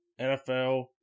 NFL